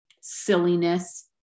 silliness